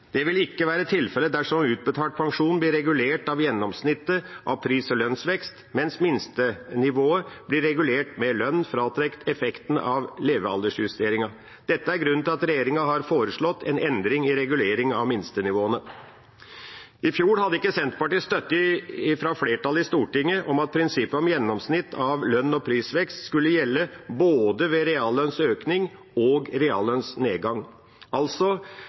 Det vil ikke være tilfelle dersom utbetalt pensjon blir regulert av gjennomsnittet av pris- og lønnsvekst, mens minstenivået blir regulert med lønn fratrukket effekten av levealdersjustering. Dette er grunnen til at regjeringa har foreslått en endring i reguleringa av minstenivåene. I fjor hadde ikke Senterpartiet støtte fra flertallet i Stortinget om at prinsippet om gjennomsnitt av lønn- og prisvekst skulle gjelde ved både reallønnsøkning og reallønnsnedgang.